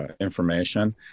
information